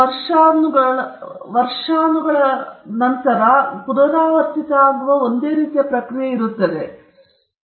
ಅವರು ವರ್ಷಗಳಲ್ಲಿ ಪುನರಾವರ್ತಿತವಾಗುವುದನ್ನು ಒಂದೇ ರೀತಿಯಾಗಿಯೇ ಬಳಸುತ್ತಾರೆ ಮತ್ತು ಇದನ್ನು ಬಳಸಲಾಗುತ್ತಿತ್ತು